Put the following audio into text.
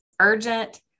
urgent